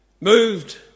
Moved